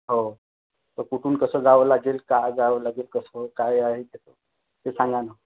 हो तर कुठून कसं जावं लागेल का जावं लागेल कसं काय आहे त्याचं ते सांगा ना